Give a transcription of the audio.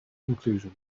conclusion